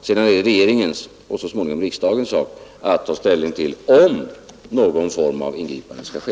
Sedan är det regeringens och så småningom riksdagens sak att ta ställning till om någon form av ingripande skall ske.